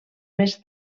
més